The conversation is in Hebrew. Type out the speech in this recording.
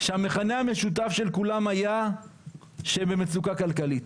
שהכנה המשותף של כולם היה שהם במצוקה כלכלית.